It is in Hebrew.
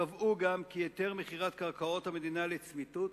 קבעו גם כי היתר מכירת קרקעות המדינה לצמיתות